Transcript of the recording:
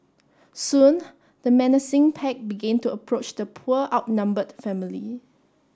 soon the menacing pack begin to approach the poor outnumbered family